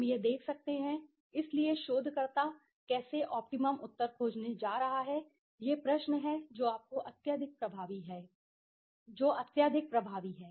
हम यह देख सकते हैं इसलिए शोधकर्ता कैसे ऑप्टिमम उत्तर खोजने जा रहा है यह प्रश्न है जो आपको अत्यधिक प्रभावी है